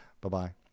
bye-bye